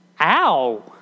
ow